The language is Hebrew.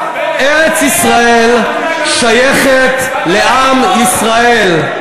ארץ-ישראל שייכת לעם ישראל.